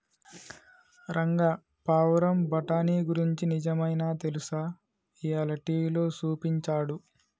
రంగా పావురం బఠానీ గురించి నిజమైనా తెలుసా, ఇయ్యాల టీవీలో సూపించాడు